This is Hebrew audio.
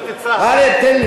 בתור דוברת צה"ל, אל תפריעי